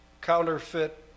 counterfeit